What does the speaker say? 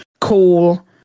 cool